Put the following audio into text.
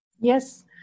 Yes